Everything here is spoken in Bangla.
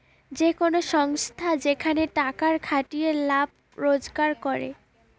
যে কোন সংস্থা যেখানে টাকার খাটিয়ে লাভ রোজগার করে